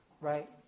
right